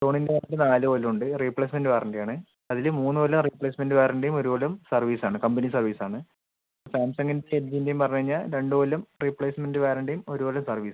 സോണീൻ്റ ഒര് നാല് കൊല്ലം ഉണ്ട് റീപ്ലേസ്മെൻറ്റ് വാറണ്ടി ആണ് അതില് മൂന്ന് കൊല്ലം റീപ്ലേസ്മെൻറ്റ് വാറണ്ടിയും ഒരു കൊല്ലം സർവീസ് ആണ് കമ്പനി സർവീസ് ആണ് സാംസംഗ് എൽജീൻ്റയും പറഞ്ഞ് കഴിഞ്ഞാൽ രണ്ട് കൊല്ലം റീപ്ലേസ്മെൻറ്റ് വാറണ്ടിയും ഒരു കൊല്ലം സർവീസും